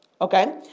okay